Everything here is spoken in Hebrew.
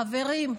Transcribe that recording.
חברים,